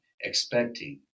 expecting